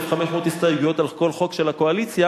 1,500 הסתייגויות על כל חוק של הקואליציה,